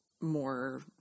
more